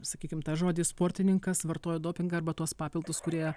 sakykim tą žodį sportininkas vartojo dopingą arba tuos papildus kurie